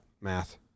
math